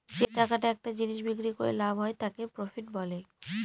যে টাকাটা একটা জিনিস বিক্রি করে লাভ হয় তাকে প্রফিট বলে